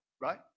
right